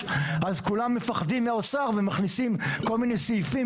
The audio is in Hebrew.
אז כולם מפחדים מהאוצר ומכניסים כל מיני סעיפים,